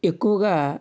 ఎక్కువగా